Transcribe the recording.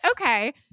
Okay